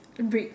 brick